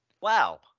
Wow